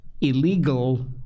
illegal